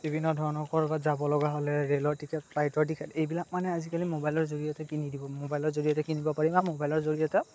বিভিন্ন ধৰণৰ ক'ৰবাত যাব লগা হ'লে ৰেলৰ টিকেট ফ্লাইটৰ টিকেট এইবিলাক মানে আজিকালি মবাইলৰ জৰিয়তে কিনি দিব মোবাইলৰ জৰিয়তে কিনিব পাৰি বা মবাইলৰ জৰিয়তেও